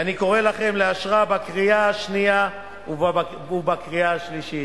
ואני קורא לכם לאשרה בקריאה השנייה ובקריאה השלישית.